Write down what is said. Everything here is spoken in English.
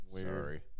Sorry